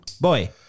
boy